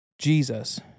Jesus